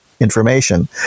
information